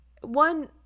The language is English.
one